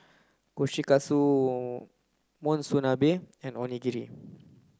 Kushikatsu Monsunabe and Onigiri